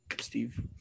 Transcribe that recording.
Steve